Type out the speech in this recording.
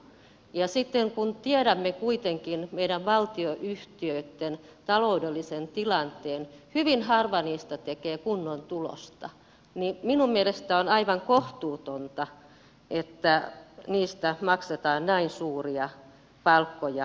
ja sitten kun tiedämme kuitenkin meidän valtionyhtiöitten taloudellisen tilanteen hyvin harva niistä tekee kunnon tulosta niin minun mielestäni on aivan kohtuutonta että niistä maksetaan näin suuria palkkoja toimitusjohtajille